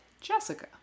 Jessica